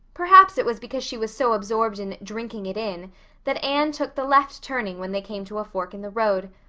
perhaps it was because she was so absorbed in drinking it in that anne took the left turning when they came to a fork in the road.